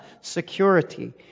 security